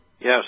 Yes